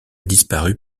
disparu